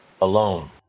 alone